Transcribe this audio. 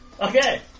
Okay